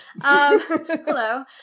Hello